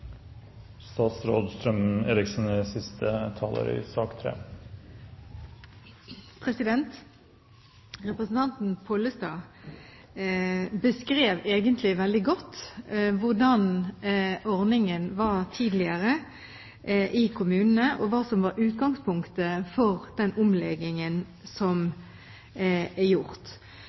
Representanten Pollestad beskrev egentlig veldig godt hvordan ordningen i kommunene var tidligere, og hva som var utgangspunktet for den omleggingen som er gjort.